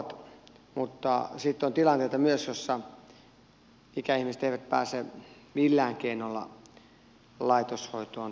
mutta sitten on myös tilanteita joissa ikäihmiset eivät pääse millään keinolla laitoshoitoon tai vanhainkotiin